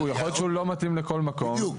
יכול להיות שהוא לא יתאים לכל מקום.